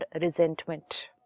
resentment